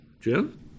Jim